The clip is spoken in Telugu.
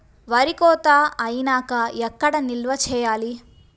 వరి కోత అయినాక ఎక్కడ నిల్వ చేయాలి?